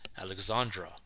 Alexandra